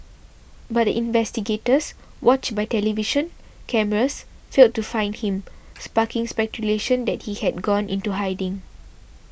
but the investigators watched by television cameras failed to find him sparking speculation that he had gone into hiding